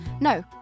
no